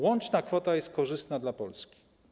Łączna kwota jest korzystna dla Polski.